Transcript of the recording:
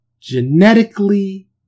genetically